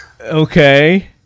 okay